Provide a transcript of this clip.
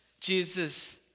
Jesus